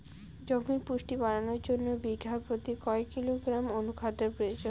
জমির পুষ্টি বাড়ানোর জন্য বিঘা প্রতি কয় কিলোগ্রাম অণু খাদ্যের প্রয়োজন?